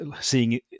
seeing